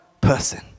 person